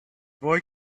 boy